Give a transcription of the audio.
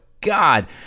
God